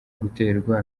guterwa